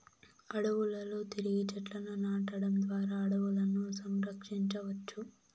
అడవులలో తిరిగి చెట్లను నాటడం ద్వారా అడవులను సంరక్షించవచ్చు